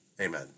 Amen